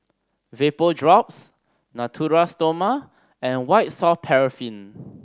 Vapodrops Natura Stoma and White Soft Paraffin